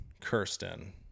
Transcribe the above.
Kirsten